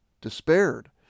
despaired